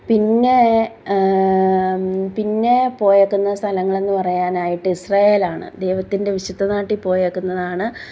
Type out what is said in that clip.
പിന്നെ പിന്നെ പോയേക്കുന്ന സ്ഥലങ്ങളെന്നു പറയനായിട്ട് ഇസ്രയേലാണ് ദൈവത്തിൻ്റെ വിശുദ്ധ നാട്ടിൽ പോയേക്കുന്നതാണ്